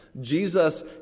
Jesus